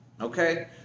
Okay